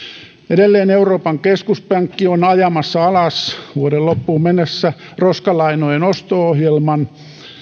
edelleen euroopan keskuspankki on ajamassa alas vuoden loppuun mennessä roskalainojen osto ohjelman